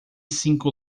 cinco